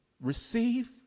receive